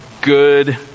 good